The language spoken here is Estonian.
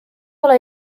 ole